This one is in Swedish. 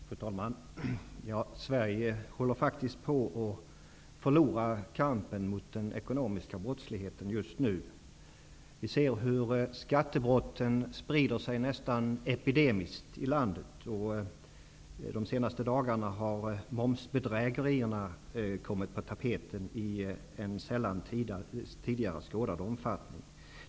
Fru talman! Sverige håller faktiskt på att förlora kampen mot den ekonomiska brottsligheten just nu. Vi ser hur skattebrotten sprider sig i landet nästan epidemiskt. De senaste dagarna har momsbedrägerierna kommit på tapeten i en tidigare sällan skådad omfattning.